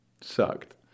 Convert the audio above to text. sucked